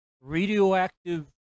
radioactive